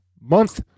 month